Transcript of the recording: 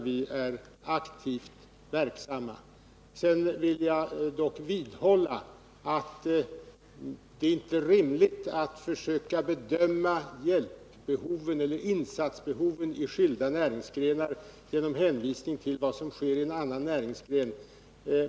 Vi är aktivt verksamma. Sedan vill jag vidhålla att det inte är rimligt att försöka bedöma insatsbehoven i skilda näringsgrenar genom att hänvisa till vad som sker i en annan näringsgren.